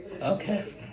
Okay